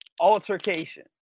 altercation